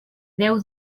deu